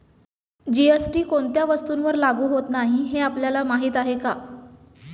GST कोणत्या वस्तूंवर लागू होत नाही हे आपल्याला माहीत आहे का?